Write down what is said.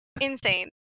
insane